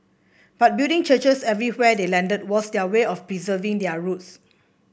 but building churches everywhere they landed was their way of preserving their roots